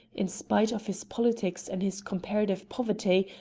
in spite of his politics and his comparative poverty,